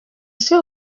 suis